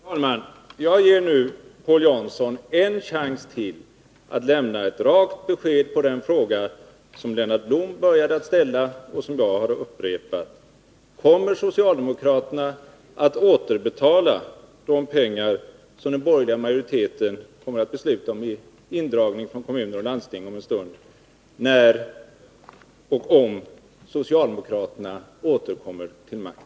Fru talman! Jag ger nu Paul Jansson ännu en chans att lämna ett rakt svar på den fråga som Lennart Blom började med att ställa och som jag har upprepat: Kommer socialdemokraterna att återbetala de pengar som den borgerliga majoriteten om en stund kommer att besluta om att dra in från kommuner och landsting, om och när socialdemokraterna återkommer till makten?